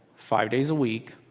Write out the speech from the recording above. five days a week,